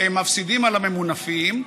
הם מפסידים על הממונפים,